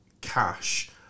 cash